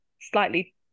slightly